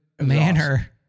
manner